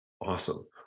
Awesome